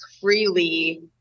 freely